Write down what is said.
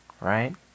right